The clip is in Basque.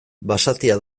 basatia